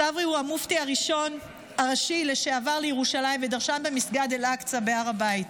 צברי הוא המופתי הראשי לשעבר לירושלים ודרשן במסגד אל-אקצא בהר הבית.